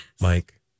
Mike